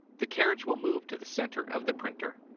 the carriage will move to the center of the printer.